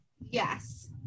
yes